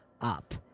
up